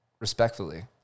Respectfully